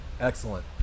excellent